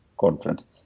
conference